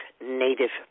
native